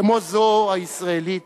כמו זו הישראלית,